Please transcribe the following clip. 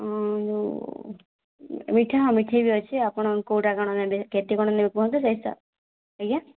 ହଁ ଯୋଉ ମିଠା ମିଠେଇ ବି ଅଛେ ଆପଣ କୋଉଟା କ'ଣ ନେବେ କେତେ କ'ଣ ନେବେ କୁହନ୍ତୁ ସେଇ ହିସାବ ଆଜ୍ଞା